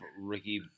Ricky